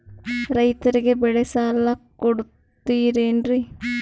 ರೈತರಿಗೆ ಬೆಳೆ ಸಾಲ ಕೊಡ್ತಿರೇನ್ರಿ?